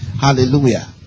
Hallelujah